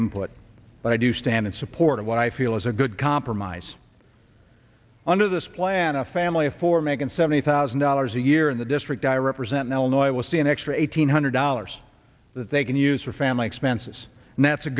important but i do stand in support of what i feel is a good compromise under this plan a family of four making seventy thousand dollars a year in the district i represent now in oil will see an extra eight hundred dollars that they can use for family expenses and that's a